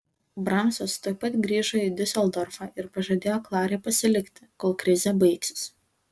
bramsas tuoj pat grįžo į diuseldorfą ir pažadėjo klarai pasilikti kol krizė baigsis